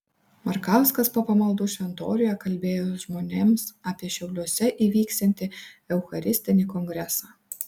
markauskas po pamaldų šventoriuje kalbėjo žmonėms apie šiauliuose įvyksiantį eucharistinį kongresą